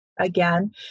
again